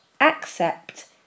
Accept